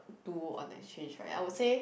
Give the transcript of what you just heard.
to on exchange right I would say